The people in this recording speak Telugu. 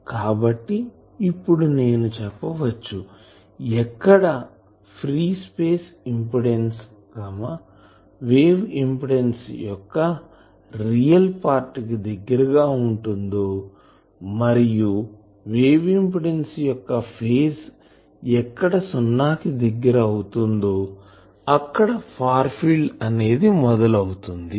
కాబట్టి ఇప్పుడు నేను చెప్పవచ్చు ఎక్కడ free space wave impedance wave impedance యొక్క రియల్ పార్ట్ కి దగ్గరగా ఉంటుందో మరియు వేవ్ ఇంపిడెన్సు యొక్క ఫేజ్ ఎక్కడ సున్నా కి దగ్గర అవుతుందో అక్కడ ఫార్ ఫీల్డ్ అనేది మొదలు అవుతుంది